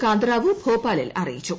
കാന്തറാവു ഭോപ്പാലിൽ അറിയിച്ചു